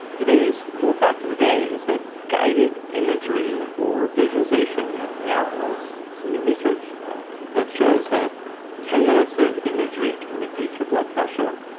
today's cool fact of the day is that guided imagery or visualization now has some new research out that shows that ten minutes of imagery can reduce your blood pressure,